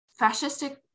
fascistic